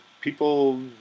people